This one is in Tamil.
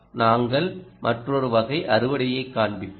நாங்கள் மற்றொரு வகை அறுவடையை காண்பிப்போம்